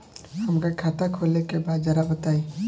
हमका खाता खोले के बा जरा बताई?